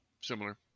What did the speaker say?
Similar